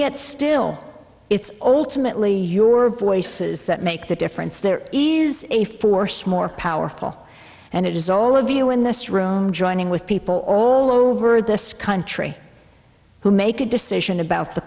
yet still it's all timidly your voices that make the difference there is a force more powerful and it is all of you in this room joining with people all over this country who make a decision about the